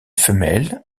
femelles